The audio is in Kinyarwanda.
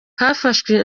hafashwe